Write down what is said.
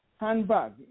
handbag